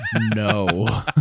No